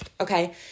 Okay